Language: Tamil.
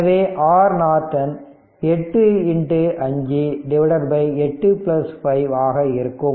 எனவே R நார்டன் 8 5 8 5 ஆக இருக்கும்